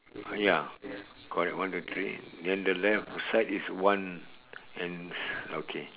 ya correct one two three then the left side is one and okay